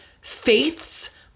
faiths